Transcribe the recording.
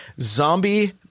zombie